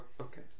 okay